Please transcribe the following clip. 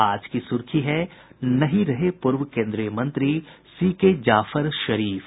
आज की सुर्खी है नहीं रहे पूर्व केन्द्रीय मंत्री सीके जाफर शरीफ